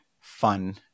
fun